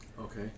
Okay